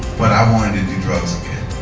but i wanted to do drugs again.